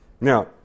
Now